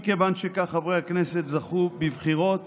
מכיוון שכך, חברי הכנסת זכו בבחירות